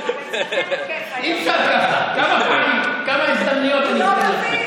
אי-אפשר ככה., כמה הזדמנויות אני אתן לך?